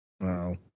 Wow